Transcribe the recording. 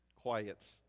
quiet